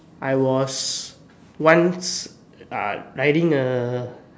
I was once ah riding a